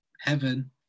Heaven